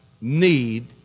need